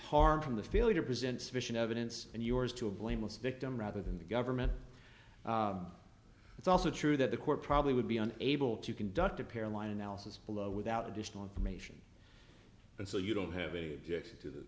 harm from the failure to present sufficient evidence and yours to a blameless victim rather than the government it's also true that the court probably would be an able to conduct a para line analysis below without additional information so you don't have any objection to the